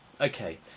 Okay